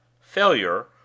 failure